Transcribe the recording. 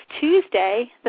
Tuesday